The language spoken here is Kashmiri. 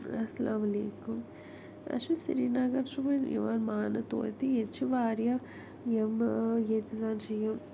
اَسلام علیکُم اَسہِ چھُنہٕ سیرینگر چھُ وۄنۍ یِوان ماننہٕ توتہِ ییٚتہِ چھِ وارِیاہ یِم ییٚتہِ زن چھُ یہِ